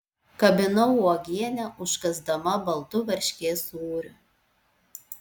kabinau uogienę užkąsdama baltu varškės sūriu